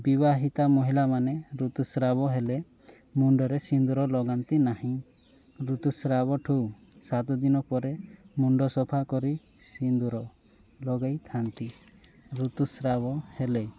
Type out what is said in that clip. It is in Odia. ବିବାହିତା ମହିଳାମାନେ ଋତୁସ୍ରାବ ହେଲେ ମୁଣ୍ଡରେ ସିନ୍ଦୂର ଲଗାନ୍ତି ନାହିଁ ଋତୁସ୍ରାବଠୁ ସାତଦିନ ପରେ ମୁଣ୍ଡ ସଫା କରି ସିନ୍ଦୂର ଲଗାଇଥାନ୍ତି ଋତୁସ୍ରାବ ହେଲେ